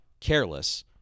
careless